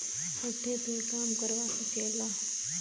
पट्टे पे काम करवा सकेला